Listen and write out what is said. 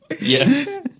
Yes